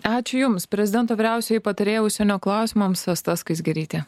ačiū jums prezidento vyriausioji patarėja užsienio klausimams asta skaisgirytė